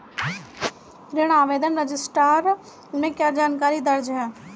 ऋण आवेदन रजिस्टर में क्या जानकारी दर्ज है?